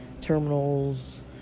terminals